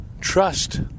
trust